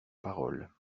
parole